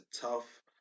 tough